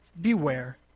beware